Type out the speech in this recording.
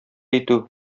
итү